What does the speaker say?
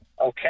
Okay